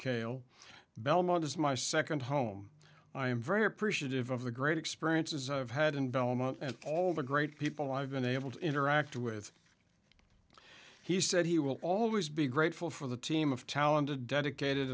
cale belmont is my second home i am very appreciative of the great experiences i've had in belmont and all the great people i've been able to interact with he said he will always be grateful for the team of talented dedicated